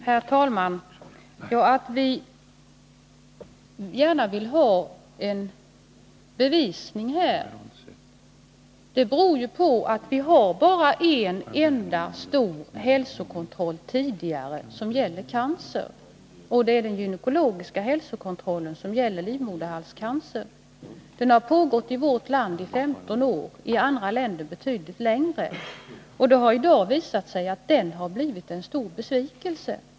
Herr talman! Att vi gärna vill ha en bevisning här beror på att vi tidigare bara har haft en enda stor hälsokontroll för cancer, nämligen den gynekologiska hälsokontrollen som gäller livmoderhalscancer. Den kontrollen har förekommit i vårt land i 15 år, i andra länder betydligt längre. Det har visat sig att den har blivit en stor besvikelse.